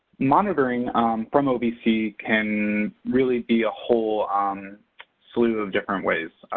monitoring from ovc can really be a whole um slew of different ways.